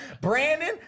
Brandon